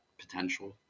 potential